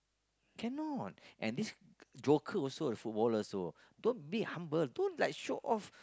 cannot and this joker also the footballer also don't be humble don't like show off